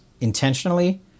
intentionally